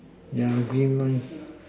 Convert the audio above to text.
yeah green line